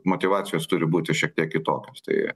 motyvacijos turi būti šiek tiek kitokios tai